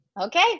okay